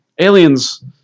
Alien's